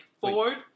forward